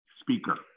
speaker